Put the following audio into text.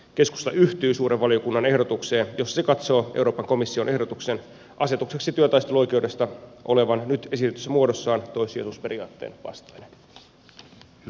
keskusta yhtyy suuren valiokunnan ehdotukseen jossa se katsoo euroopan komission ehdotuksen asetukseksi työtaisteluoikeudesta olevan nyt esitetyssä muodossaan toissijaisuusperiaatteen vastainen